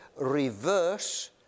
reverse